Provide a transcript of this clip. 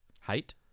Height